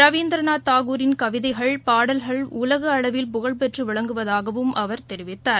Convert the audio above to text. ரவீந்திரநாத் தாகூரின் கவிதைகள் பாடல்கள் உலகஅளவில் புகழ் பெற்றுவிளங்குவதாகவும் அவர் தெரிவித்தார்